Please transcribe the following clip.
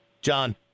John